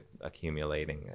accumulating